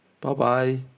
Bye-bye